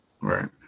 Right